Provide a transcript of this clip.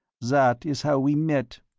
that is how we met.